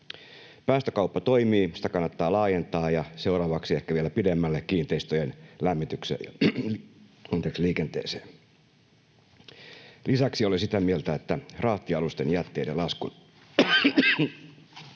Päästökauppa toimii, ja sitä kannattaa laajentaa — seuraavaksi ehkä vielä pidemmälle kiinteistöjen lämmitykseen ja liikenteeseen. Lisäksi olen sitä mieltä, että rahtialusten jätteiden laskun